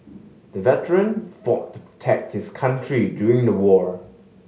the veteran fought to protect his country during the war